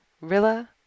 Rilla